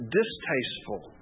distasteful